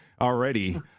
already